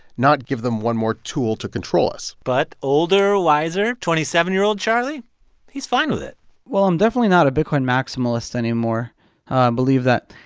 not give them one more tool to control us but older, wiser, twenty seven year old charlie he's fine with it well, i'm definitely not a bitcoin maximalist anymore. i believe that.